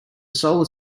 solar